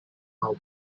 how